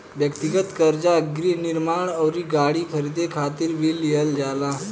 ब्यक्तिगत कर्जा गृह निर्माण अउरी गाड़ी खरीदे खातिर भी लिहल जाला